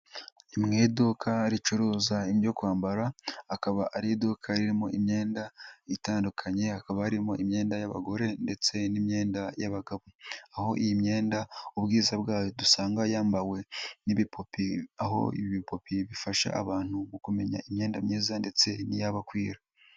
Ni mu iduka ricuruza ibyo kwambara, akaba ari iduka ririmo imyenda itandukanye, hakaba harimo imyenda y'abagore ndetse n'imyenda y'abagabo, aho iyi myenda ubwiza bwayo dusanga yambawe n'ibipupe, aho ibipupe bifasha abantu kumenya imyenda myiza ndetse n'iyabakwira.